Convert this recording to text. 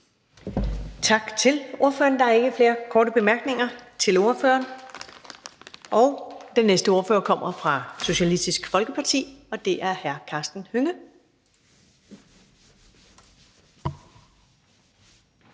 Tak til ordføreren. Der er ikke flere korte bemærkninger til ordføreren, og den næste ordfører kommer fra Socialistisk Folkeparti, og det er hr. Karsten Hønge.